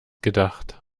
gedacht